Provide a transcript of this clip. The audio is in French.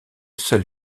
seul